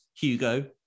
Hugo